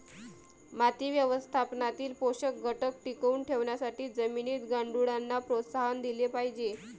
माती व्यवस्थापनातील पोषक घटक टिकवून ठेवण्यासाठी जमिनीत गांडुळांना प्रोत्साहन दिले पाहिजे